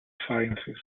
sciences